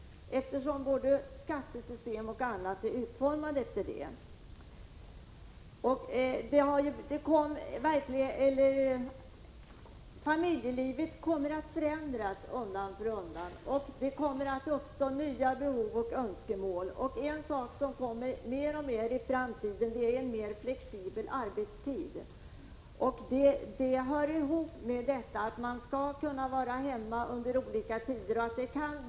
Såväl skattesystemet som andra regler är utformade så. Familjelivet kommer att förändras undan för undan, och det kommer att uppstå nya behov och önskemål. Något som blir vanligare och vanligare är en mer flexibel arbetstid. Det hör ihop med att man skall kunna arbeta i hemmet under olika tider av livet.